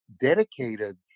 dedicated